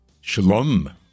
Shalom